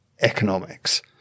economics